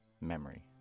Memory